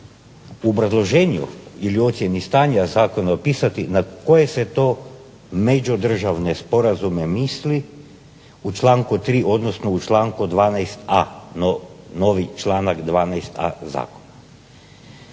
obrazloženju ili ocjeni stanja zakona opisati na koje se to međudržavne sporazume misli u članku 3. odnosno u članku 12a. novi članak 12a. Zakona.